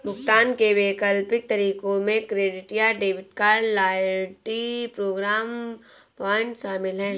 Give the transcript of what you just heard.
भुगतान के वैकल्पिक तरीकों में क्रेडिट या debit card, loyalty program point शामिल है